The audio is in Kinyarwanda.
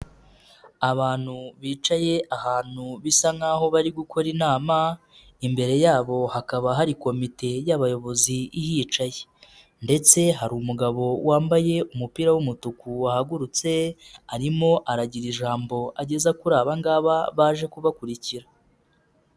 Abantu bicaye ahantu bisa nkaho bari gukora inama, imbere yabo hakaba hari komite y'abayobozi ihicaye ndetse hari umugabo wambaye umupira w'umutuku wahagurutse arimo aragira ijambo ageza kuri aba ngaba baje kubakurikira.